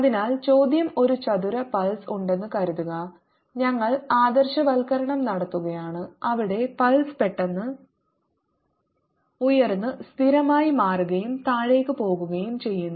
അതിനാൽ ചോദ്യം ഒരു ചതുര പൾസ് ഉണ്ടെന്ന് കരുതുക ഞങ്ങൾ ആദർശവൽക്കരണം നടത്തുകയാണ് അവിടെ പൾസ് പെട്ടെന്ന് ഉയർന്ന് സ്ഥിരമായി മാറുകയും താഴേക്ക് പോകുകയും ചെയ്യുന്നു